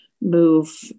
move